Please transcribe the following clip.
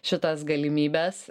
šitas galimybes